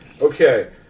Okay